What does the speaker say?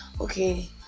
okay